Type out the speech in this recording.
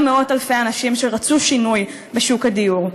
מאות-אלפי אנשים שרצו שינוי בשוק הדיור.